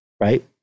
Right